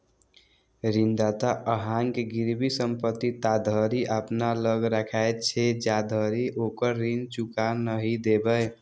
ऋणदाता अहांक गिरवी संपत्ति ताधरि अपना लग राखैत छै, जाधरि ओकर ऋण चुका नहि देबै